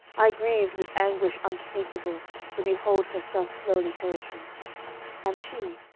i grieved with anguish unspeakable to behold her thus slowly perishing and she,